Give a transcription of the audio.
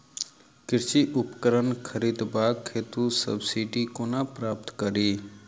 कृषि उपकरण खरीदबाक हेतु सब्सिडी कोना प्राप्त कड़ी?